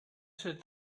set